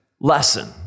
lesson